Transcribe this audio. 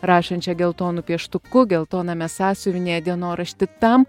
rašančią geltonu pieštuku geltoname sąsiuvinyje dienoraštį tam